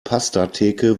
pastatheke